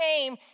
came